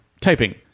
typing